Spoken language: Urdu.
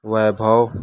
ویبھو